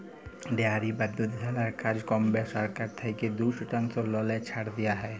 dairy বা দুধশালার কাজকম্মে সরকার থ্যাইকে দু শতাংশ ললে ছাড় দিয়া হ্যয়